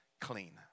clean